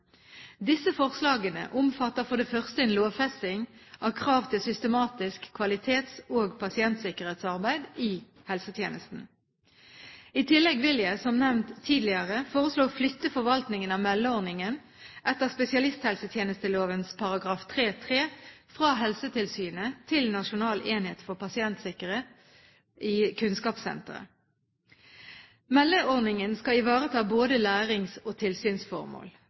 Disse forslagene omfatter for det første en lovfesting av krav til systematisk kvalitets- og pasientsikkerhetsarbeid i helsetjenesten. I tillegg vil jeg, som nevnt tidligere, foreslå å flytte forvaltningen av meldeordningen etter spesialisthelsetjenesteloven § 3-3 fra Helsetilsynet til Nasjonal enhet for pasientsikkerhet i Kunnskapssenteret. Meldeordningen skal ivareta både lærings- og tilsynsformål.